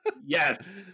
yes